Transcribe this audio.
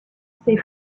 ses